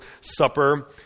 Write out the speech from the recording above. Supper